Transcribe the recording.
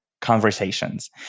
conversations